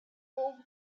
will